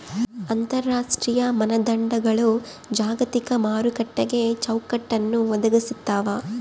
ಅಂತರರಾಷ್ಟ್ರೀಯ ಮಾನದಂಡಗಳು ಜಾಗತಿಕ ಮಾರುಕಟ್ಟೆಗೆ ಚೌಕಟ್ಟನ್ನ ಒದಗಿಸ್ತಾವ